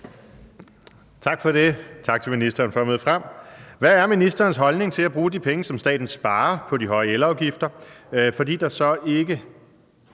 Tak for det, tak til ministeren for at møde frem. Hvad er ministerens holdning til at bruge de penge, som staten sparer på de høje elafgifter, fordi der så ikke